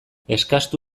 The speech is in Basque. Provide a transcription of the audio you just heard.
eskastu